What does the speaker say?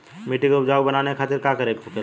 मिट्टी की उपजाऊ बनाने के खातिर का करके होखेला?